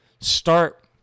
start